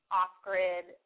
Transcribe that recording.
off-grid